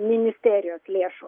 ministerijos lėšų